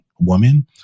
woman